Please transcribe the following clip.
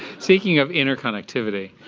speaking of interconnectivity,